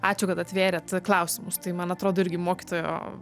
ačiū kad atvėrėt klausimus tai man atrodo irgi mokytojo